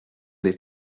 des